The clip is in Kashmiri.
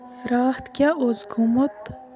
راتھ کیٛاہ اوس گوٚمُت